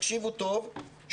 תקשיבו טוב,